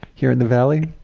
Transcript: here in the valley?